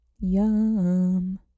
Yum